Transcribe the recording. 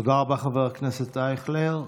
תודה רבה, חבר הכנסת אייכלר.